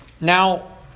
now